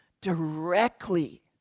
directly